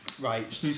right